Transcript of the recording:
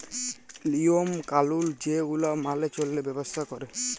লিওম কালুল যে গুলা মালে চল্যে ব্যবসা ক্যরে